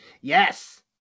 Yes